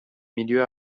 milieux